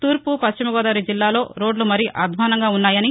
తూర్పు పశ్చిమగోదావరి జిల్లాలో రోడ్లు మరీ అధ్వానంగా ఉన్నాయని